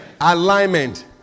Alignment